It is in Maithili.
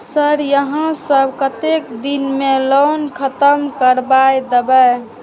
सर यहाँ सब कतेक दिन में लोन खत्म करबाए देबे?